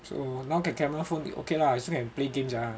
so now can camera phone then okay lah still can play game ah